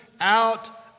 out